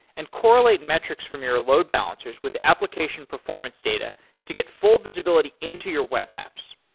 and correlate metrics from your load balancers with application performance data to get full visibility into your web apps.